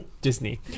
Disney